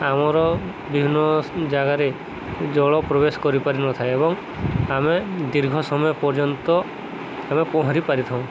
ଆମର ବିଭିନ୍ନ ଜାଗାରେ ଜଳ ପ୍ରବେଶ କରିପାରିନଥାଏ ଏବଂ ଆମେ ଦୀର୍ଘ ସମୟ ପର୍ଯ୍ୟନ୍ତ ଆମେ ପହଁରି ପାରିଥାଉ